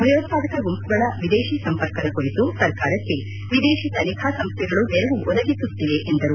ಭಯೋತ್ಪಾದಕ ಗುಂಪುಗಳ ವಿದೇಶೀ ಸಂಪರ್ಕದ ಕುರಿತು ಸರ್ಕಾರಕ್ಕೆ ವಿದೇಶೀ ತನಿಖಾ ಸಂಸ್ಥೆಗಳು ನೆರವು ಒದಗಿಸುತ್ತಿವೆ ಎಂದರು